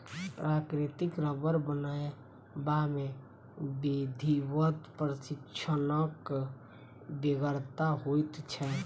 प्राकृतिक रबर बनयबा मे विधिवत प्रशिक्षणक बेगरता होइत छै